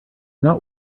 not